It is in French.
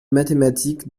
mathématique